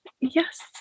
Yes